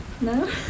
No